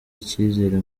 icyizere